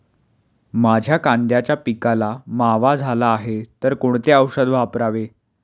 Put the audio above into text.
माझ्या कांद्याच्या पिकाला मावा झाला आहे तर कोणते औषध वापरावे?